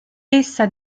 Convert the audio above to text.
essa